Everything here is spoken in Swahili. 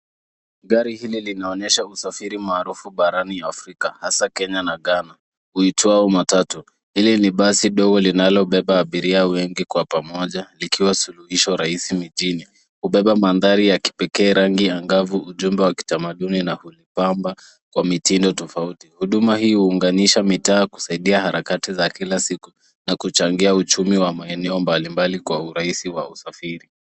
Gari hili linaonyesha usafiri maarufu barani Afrika, hasaa Kenya na Ghana, uitwao matatu. Hili ni basi dogo linalobeba abiria wengi kwa pamoja, likiwa suluhisho rahisi mijini. Hubeba mandhari ya kipekee rangi ya angavu, ujumbe wa kitamaduni na kupamba kwa mitindo tofauti. Huduma hii huunganisha mitaa kusaidia harakati za kila siku, na kuchangia uchumi wa maeneo mbalimbali kwa urahisi wa usafiri.